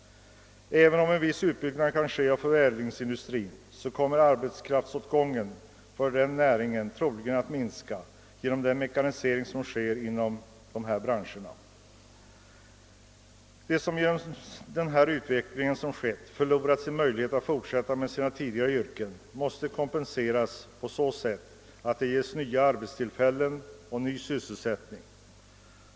Även om en viss utbyggnad kan ske av förädlingsindustrin kommer arbetskraftsåtgången för denna näring troligen att minska genom den mekanisering som försiggår inom dessa branscher. De som genom den inträffade utvecklingen förlorat möjlighet att fortsätta i sina tidigare yr ken måste kompenseras på så sätt att åt dem ges nya arbetstillfällen och ny sysselsättning.